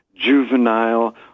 juvenile